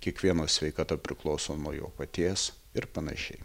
kiekvieno sveikata priklauso nuo jo paties ir panašiai